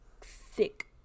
thick